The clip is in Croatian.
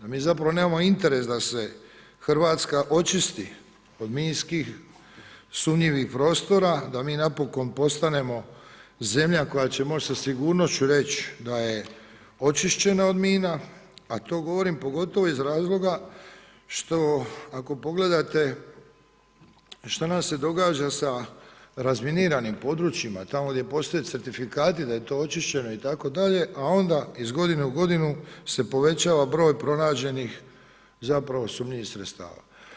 A mi zapravo nemamo interes da se Hrvatska očisti od minski sumnjivih prostora, da mi napokon postanemo zemlja koja će moći sa sigurnošću reći da je očišćena od mina, a to govorim pogotovo iz razloga što ako pogledate šta nam se događa sa razminiranim područjima tamo gdje postoje certifikati da je to očišćeno itd., a onda iz godine u godinu se povećava broj pronađenih zapravo sumnjivih sredstava.